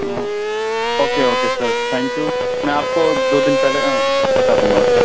okay okay sir thank you میں آپ کو دو دن پہلے بتا دوں گا